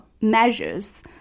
measures